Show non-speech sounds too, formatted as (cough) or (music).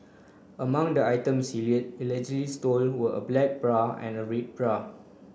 among the items he (unintelligible) allegedly stole were a black bra and a red bra